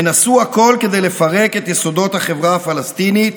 הן עשו הכול כדי לפרק את יסודות החברה הפלסטינית